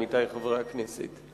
עמיתי חברי הכנסת?